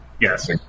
Yes